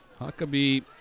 Huckabee